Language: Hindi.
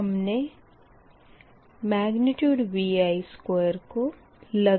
हमने Vi2≅